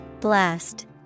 Blast